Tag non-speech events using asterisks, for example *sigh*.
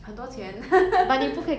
很多钱 *noise* 不可以跟怎不见 meh oh ya lah very good job ya